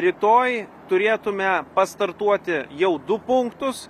rytoj turėtume pastartuoti jau du punktus